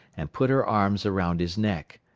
and put her arms around his neck.